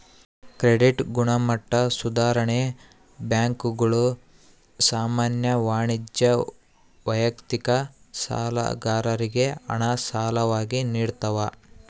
credit ಗುಣಮಟ್ಟ ಸುಧಾರಣೆ ಬ್ಯಾಂಕುಗಳು ಸಾಮಾನ್ಯ ವಾಣಿಜ್ಯ ವೈಯಕ್ತಿಕ ಸಾಲಗಾರರಿಗೆ ಹಣ ಸಾಲವಾಗಿ ನಿಡ್ತವ